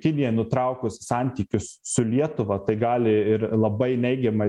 kinija nutraukus santykius su lietuva tai gali ir labai neigiamai